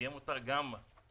שיהיה מותר גם אחוז